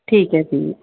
ਠੀਕ ਹੈ ਜੀ